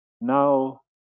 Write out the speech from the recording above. Now